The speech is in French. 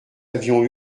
avions